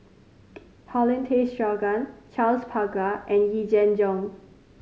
Paulin Tay Straughan Charles Paglar and Yee Jenn Jong